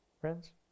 Friends